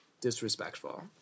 disrespectful